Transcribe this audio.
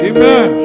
Amen